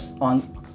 on